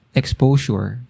exposure